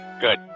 Good